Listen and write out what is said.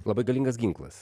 labai galingas ginklas